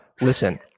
Listen